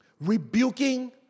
rebuking